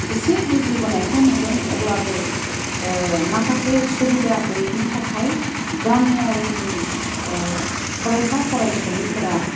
एसे बुजि बोनायखौ नुदों अब्लाबो माखासे सुबिदा गैयैनि थाखाय गामियारिनि फरायसा फरायसुलिफोरा